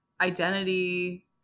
identity